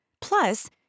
Plus